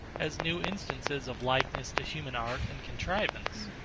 as new instances of likeness to human art and contrivance.